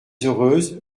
heureuse